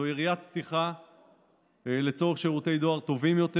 זוהי יריית הפתיחה לצורך שירותי דואר טובים יותר.